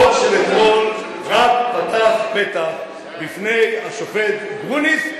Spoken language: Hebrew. החוק של אתמול רק פתח פתח בפני השופט גרוניס,